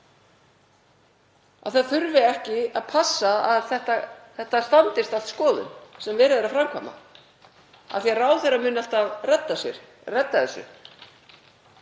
það þurfi ekki að passa að þetta standist allt skoðun sem verið er að framkvæma af því að ráðherra muni alltaf redda þessu.